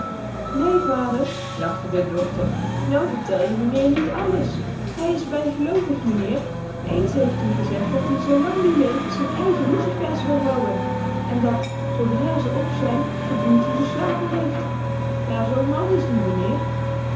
néé vader lachte de dochter nou vertel je meneer niet alles hij is bijgeloovig meneer eens heeft-ie is gezegd dat-ie zoolang die leeft z'n èigen lucifers wil houen en dat zoodra ze op zijn z'n uurtje geslagen heeft ja z mal is die meneer